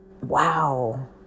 wow